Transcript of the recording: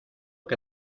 que